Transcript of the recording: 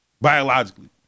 biologically